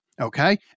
okay